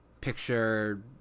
picture